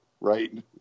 right